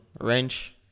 Wrench